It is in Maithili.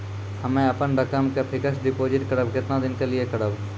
हम्मे अपन रकम के फिक्स्ड डिपोजिट करबऽ केतना दिन के लिए करबऽ?